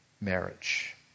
marriage